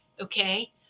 okay